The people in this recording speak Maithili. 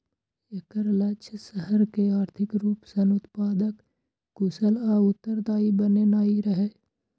एकर लक्ष्य शहर कें आर्थिक रूप सं उत्पादक, कुशल आ उत्तरदायी बनेनाइ रहै